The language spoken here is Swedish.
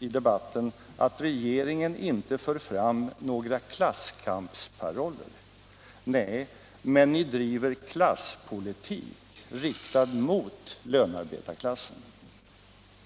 i debatten sagt att regeringen inte för fram några klasskampsparoller. Nej, men ni driver klasspolitik riktad mot lönarbetarklassen!